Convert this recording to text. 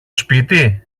σπίτι